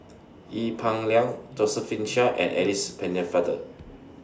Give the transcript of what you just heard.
Ee Peng Liang Josephine Chia and Alice Pennefather